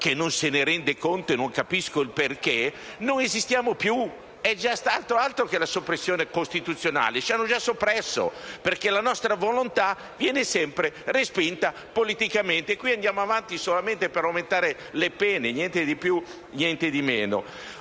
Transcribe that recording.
il Presidente del Senato e non capisco perché non lo faccia - non esistiamo più. Altro che la soppressione costituzionale! Ci hanno già soppresso, perché la nostra volontà viene sempre respinta politicamente. Qui andiamo avanti solamente per aumentare le pene, niente di più e niente di meno.